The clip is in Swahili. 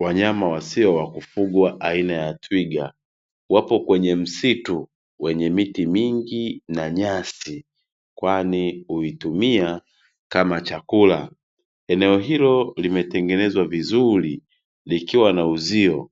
Wanyama wasio wa kufugwa aina ya twiga wapo kwenye msitu wenye miti mingi na nyasi , kwani huitumia kama chakula. Eneo hilo limetengenezwa vizuri likiwa na uzio,